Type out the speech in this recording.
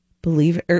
believe